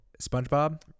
SpongeBob